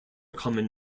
common